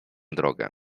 drogę